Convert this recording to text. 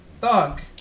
thunk